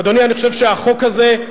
אדוני, אני חושב שהחוק הזה,